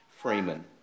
Freeman